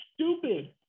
stupid